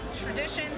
traditions